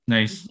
Nice